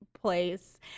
place